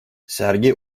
sergi